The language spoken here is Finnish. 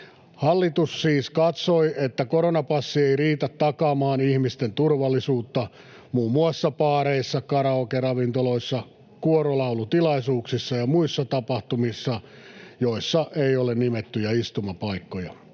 Hallitus siis katsoi, että koronapassi ei riitä takaamaan ihmisten turvallisuutta muun muassa baareissa, karaokeravintoloissa, kuorolaulutilaisuuksissa ja muissa tapahtumissa, joissa ei ole nimettyjä istumapaikkoja.